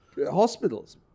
Hospitals